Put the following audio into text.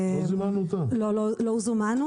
נאמר לנו שהסיבה שבגללה לא זומנו